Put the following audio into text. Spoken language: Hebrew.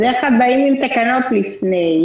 בדרך כלל באים עם תקנות לפני,